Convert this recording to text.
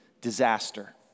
disaster